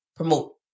promote